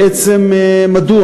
בעצם מדוע?